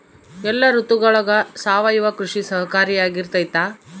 ಎಲ್ಲ ಋತುಗಳಗ ಸಾವಯವ ಕೃಷಿ ಸಹಕಾರಿಯಾಗಿರ್ತೈತಾ?